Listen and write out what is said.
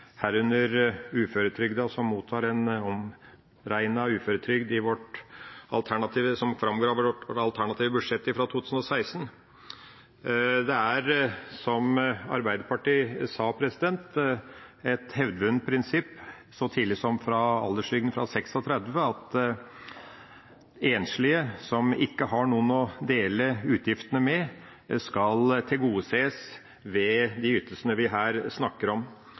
herunder uføretrygdede, som mottar en omregnet uføretrygd, jf. vårt alternative budsjett for 2016. Det er, som Arbeiderpartiet sa, et hevdvunnet prinsipp så tidlig som fra alderstrygda ble innført i 1936, at enslige som ikke har noen å dele utgiftene med, skal tilgodeses ved de ytelsene vi her snakker om.